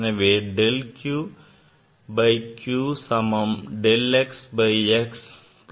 எனவே del q by q சமம் del x by x plus del y by y